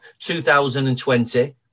2020